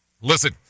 Listen